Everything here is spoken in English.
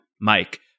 Mike